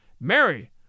Mary